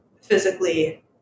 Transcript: physically